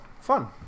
fun